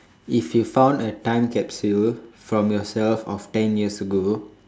if you found a time capsule from yourself of ten years ago